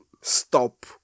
stop